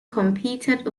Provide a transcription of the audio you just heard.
competed